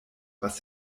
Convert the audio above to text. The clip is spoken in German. was